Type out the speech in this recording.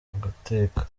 agateka